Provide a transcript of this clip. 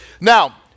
now